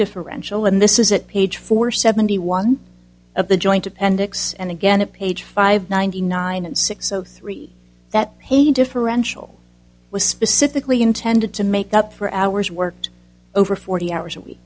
differential and this is at page four seventy one of the joint appendix and again at page five ninety nine and six zero three that pay differential was specifically intended to make up for hours worked over forty hours a week